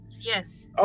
Yes